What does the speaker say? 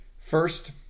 First